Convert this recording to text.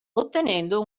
ottenendo